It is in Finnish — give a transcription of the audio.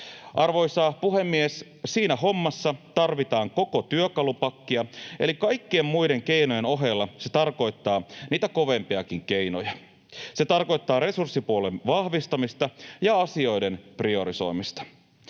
Arvoisa puhemies! Siinä hommassa tarvitaan koko työkalupakkia, eli kaikkien muiden keinojen ohella se tarkoittaa niitä kovempiakin keinoja. Se tarkoittaa resurssipuolen vahvistamista ja asioiden priorisoimista.